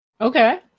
okay